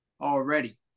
already